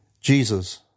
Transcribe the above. Jesus